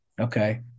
Okay